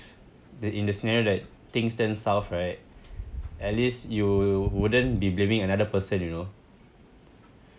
the in the scenario that things turn south right at least you wouldn't be blaming another person you know